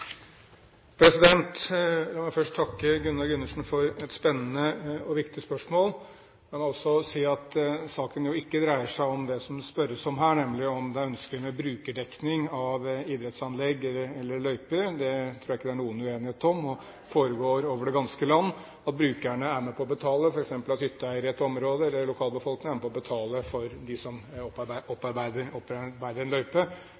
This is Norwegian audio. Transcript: La meg først takke representanten Gunnar Gundersen for et spennende og viktig spørsmål. La meg også si at saken ikke dreier seg om det som det spørres om her, nemlig om det er ønskelig med brukerdekning av idrettsanlegg eller løyper. Det tror jeg ikke det er noen uenighet om, og det foregår over det ganske land at brukerne er med på å betale, f.eks. at hytteeiere i et område eller lokalbefolkningen er med på å betale til dem som opparbeider en løype.